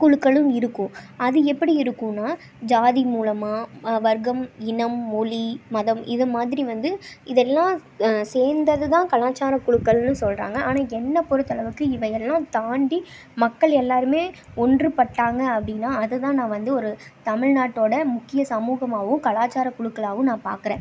குழுக்களும் இருக்கும் அது எப்படி இருக்கும்னா ஜாதி மூலமாக வர்க்கம் இனம் மொழி மதம் இது மாதிரி வந்து இதெல்லாம் சேர்ந்தது தான் கலாச்சாரக் குழுக்கள்னு சொல்கிறாங்க ஆனால் என்னை பொருத்தளவுக்கு இவையெல்லாம் தாண்டி மக்கள் எல்லோருமே ஒன்றுப்பட்டாங்க அப்படின்னா அது தான் நான் வந்து ஒரு தமிழ்நாட்டோட முக்கிய சமூகமாவும் கலாச்சாரக் குழுக்களாவும் நான் பாக்கிறேன்